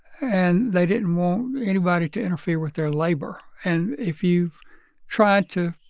and they didn't want anybody to interfere with their labor. and if you've tried to